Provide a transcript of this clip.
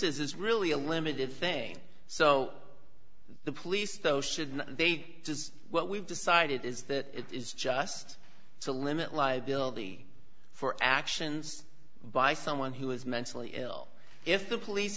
is really a limited thing so the police though shouldn't they just what we've decided is that it is just to limit liability for actions by someone who is mentally ill if the police